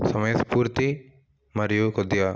సమయస్పూర్తి మరియు కొద్దిగా